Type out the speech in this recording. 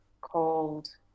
called